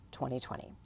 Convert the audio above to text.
2020